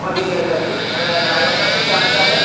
પતી જાય પછી અને ડ્રાઇવરનો શું ચાર્જ છે આપડે